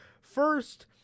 First